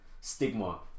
stigma